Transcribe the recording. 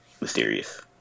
mysterious